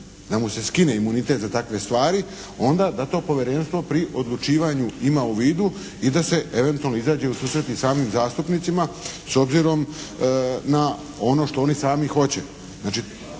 da mu se skine imunitet za takve stvari, onda da to Povjerenstvo pri odlučivanju ima u vidu i da se eventualno izađe u susret i samim zastupnicima s obzirom na ono što oni sami hoće.